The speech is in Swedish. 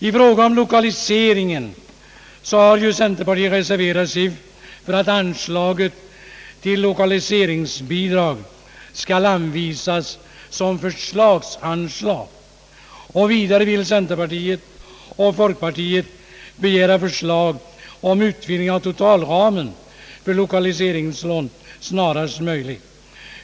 I fråga om lokaliseringen har centerpartiet reserverat sig för att anslaget till lokaliseringsbidrag skall anvisas som förslagsanslag, och vidare vill centerpartiet och folkpartiet begära förslag om utvidgning av totalramen för loka liseringslån snarast möjligt.